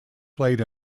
played